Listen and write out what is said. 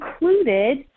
included